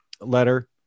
letter